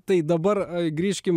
tai dabar grįžkim